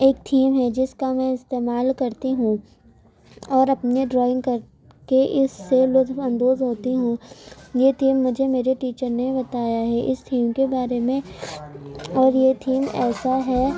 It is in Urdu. ایک تھیم ہے جس کا میں استعمال کرتی ہوں اور اپنے ڈرائنگ کا کہ اس سے لطف اندوز ہوتی ہوں یہ تھیم مجھے میرے ٹیچر نے بتایا ہے اس تھیم کے بارے میں اور یہ تھیم ایسا ہے